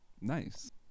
nice